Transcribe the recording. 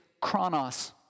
chronos